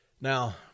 Now